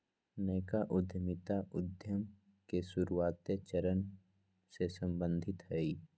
नयका उद्यमिता उद्यम के शुरुआते चरण से सम्बंधित हइ